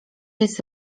jest